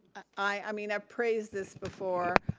i mean, i praise this before,